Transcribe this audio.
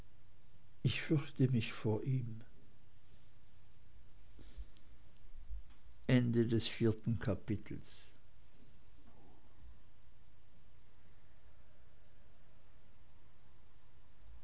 ich fürchte mich vor ihm fünftes kapitel